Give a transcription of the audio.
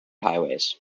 highways